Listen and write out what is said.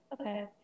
Okay